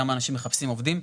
כמה אנשים מחפשים עובדים.